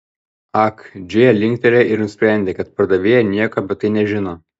ak džėja linktelėjo ir nusprendė kad pardavėja nieko apie tai nežino